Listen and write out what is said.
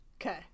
Okay